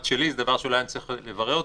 שלי זה דבר שאולי אני צריך לברר אותו,